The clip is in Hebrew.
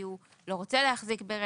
כי הוא לא רוצה להחזיק ברכב,